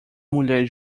mulher